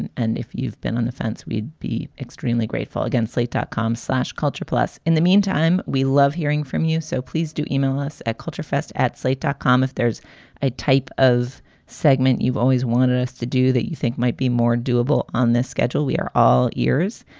and and if you've been on the fence, we'd be extremely grateful. against slate dot com slash culture plus. in the meantime, we love hearing from you. so please do e-mail us at culture fest at slate dot com. if there's a type of segment you've always wanted us to do that you think might be more doable on this schedule, we are all ears.